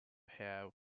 have